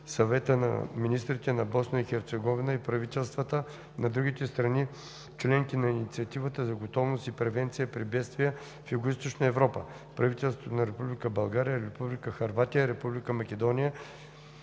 Съвета на министрите на Босна и Херцеговина и правителствата на другите страни – членки на Инициативата за готовност и превенция при бедствия в Югоизточна Европа (правителствата на Република България, Република Хърватия, Република Македония,